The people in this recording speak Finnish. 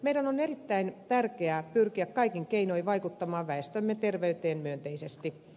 meidän on erittäin tärkeää pyrkiä kaikin keinoin vaikuttamaan väestömme terveyteen myönteisesti